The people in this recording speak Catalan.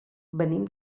venim